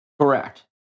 Correct